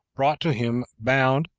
brought to him bound,